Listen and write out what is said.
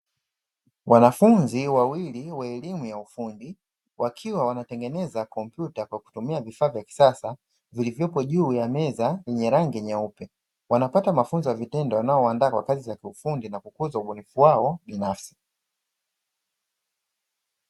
Wanafunzi wawili wa elimu ya ufundi, wakiwa wanatengeneza kompyuta kwa kutumia vifaa vya kisasa vilivyopo juu ya meza yenye rangi nyeupe. Wanapata mafunzo ya vitendo wanayowaandaa kwa kazi za ufundi na kukuza ubunifu wao binafsi.